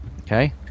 Okay